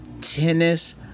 tennis